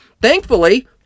thankfully